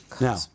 Now